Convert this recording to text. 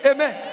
Amen